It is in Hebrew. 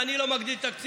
אומר: אני לא מגדיל תקציב,